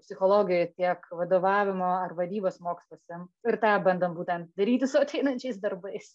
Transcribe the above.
psichologijoj tiek vadovavimo ar vadybos moksluose ir tą bandom būtent daryti su ateinančiais darbais